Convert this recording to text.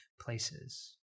places